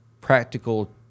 practical